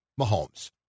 Mahomes